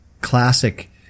classic